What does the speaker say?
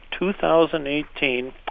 2018